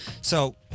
So-